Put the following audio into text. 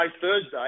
Thursday